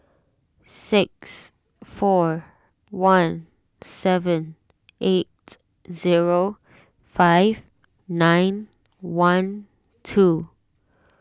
six four one seven eight zero five nine one two